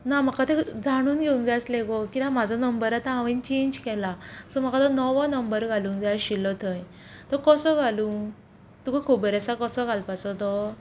ना म्हाका तें जाणून घेवूंक जाय आसलें गो कित्याक म्हाजो नंबर आतां हांवेन चॅंज केला सो म्हाका तो नवो नंबर घालूंक जाय आशिल्लो थंय तो कसो घालूं तुका खबर आसा कसो घालपाचो तो